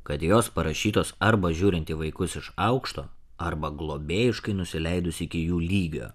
kad jos parašytos arba žiūrint į vaikus iš aukšto arba globėjiškai nusileidus iki jų lygio